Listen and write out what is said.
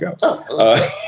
go